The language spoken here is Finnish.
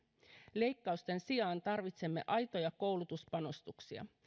leikkausten sijaan tarvitsemme aitoja koulutuspanostuksia